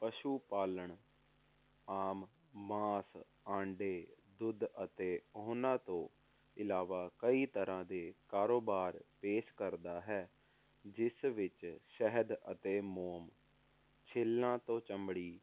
ਪਸ਼ੂ ਪਾਲਣ ਆਮ ਮਾਸ ਆਂਡੇ ਦੁੱਧ ਅਤੇ ਉਹਨਾਂ ਤੋਂ ਇਲਾਵਾ ਕਈ ਤਰ੍ਹਾਂ ਦੇ ਕਾਰੋਬਾਰ ਪੇਸ਼ ਕਰਦਾ ਹੈ ਜਿਸ ਵਿੱਚ ਸ਼ਹਿਦ ਅਤੇ ਮੋਮ ਛਿੱਲਾਂ ਤੋਂ ਚਮੜੀ